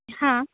ಹಾಂ